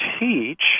teach